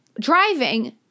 driving